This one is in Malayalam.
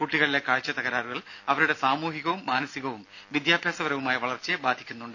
കുട്ടികളിലെ കാഴ്ച തകരാറുകൾ അവരുടെ സാമൂഹികവും മാനസികവും വിദ്യാഭ്യാസപരമായ വളർച്ചയെ ബാധിക്കുന്നുണ്ട്